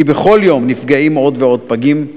כי בכל יום נפגעים עוד ועוד פגים.